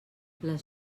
les